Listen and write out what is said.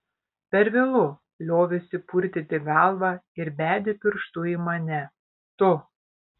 per vėlu liovėsi purtyti galvą ir bedė pirštu į mane tu